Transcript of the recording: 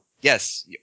Yes